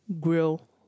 grill